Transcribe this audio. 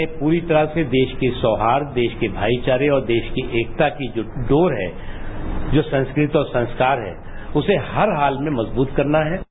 हमें पूरी तरह से देश के सौहार्द देश के भाईचारे और देश की एकता की जो डोर है जो संस्कृति और संस्कार है उसे हर हाल में मजबूत करना है